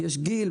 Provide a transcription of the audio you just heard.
גיל,